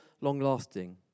long-lasting